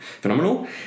Phenomenal